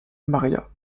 maria